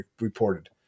reported